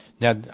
Now